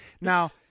Now